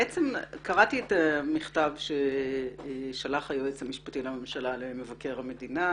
קראתי את המכתב ששלח היועץ המשפטי לממשלה למבקר המדינה,